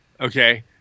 okay